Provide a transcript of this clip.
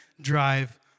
drive